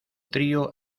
trío